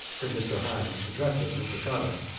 said mr. hynes, addressing mr. o'connor.